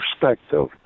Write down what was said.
perspective